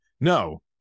No